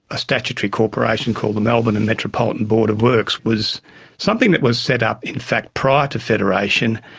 a statutory corporation called the melbourne and metropolitan board of works was something that was set up in fact prior to federation,